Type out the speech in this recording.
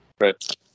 Right